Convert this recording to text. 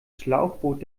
schlauchboot